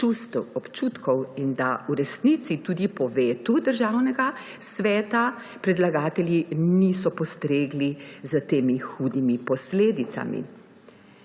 čustev, občutkov in da v resnici tudi po vetu Državnega sveta predlagatelji niso postregli s temi hudimi posledicami.